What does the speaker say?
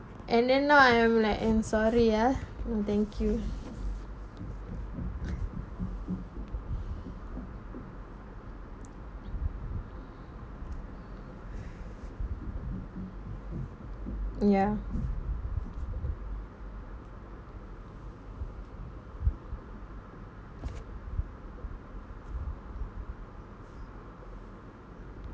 and then now I'm like and sorry ah mm thank you ya